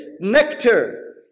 nectar